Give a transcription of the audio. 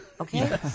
okay